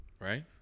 right